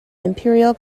imperial